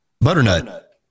Butternut